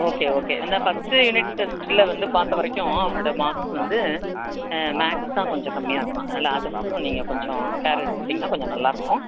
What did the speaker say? okay okay அந்த first unit டெஸ்டில் வந்து பார்த்த வரைக்கும் அவனோடய மார்க்ஸ் வந்து மேக்ஸ் தான் கொஞ்சம் கம்மியாக இருக்கிறான் அதனால அதை மட்டும் நீங்கள் கொஞ்சம் கேர் எடுத்துக்கிட்டீங்கன்னால் கொஞ்சம் நல்லாயிருக்கும்